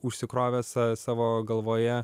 užsikrovės sa savo galvoje